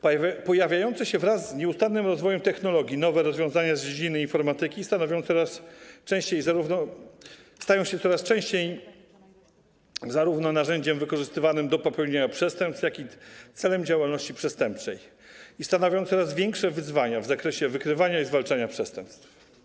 Pojawiające się wraz z nieustannym rozwojem technologii nowe rozwiązania z dziedziny informatyki stają się coraz częściej zarówno narzędziem wykorzystywanym do popełnienia przestępstw, jak i celem działalności przestępczej i stanowią coraz większe wyzwania w zakresie wykrywania i zwalczania przestępstw.